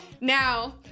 now